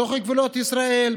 בתוך גבולות ישראל,